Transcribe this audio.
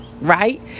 right